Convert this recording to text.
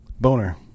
Boner